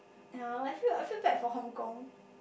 ya I feel I feel bad for Hong-Kong